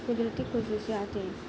قدرتی خصوصیات ہیں